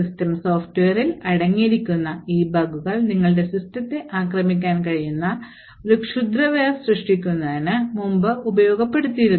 system സോഫ്റ്റ്വെയറിൽ അടങ്ങിയിരിക്കുന്ന ഈ ബഗുകൾ നിങ്ങളുടെ സിസ്റ്റത്തെ ആക്രമിക്കാൻ കഴിയുന്ന ഒരു ക്ഷുദ്രവെയർ സൃഷ്ടിക്കുന്നതിന് മുമ്പ് ഉപയോഗപ്പെടുത്തിയിരുന്നു